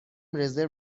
رزرو